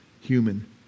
human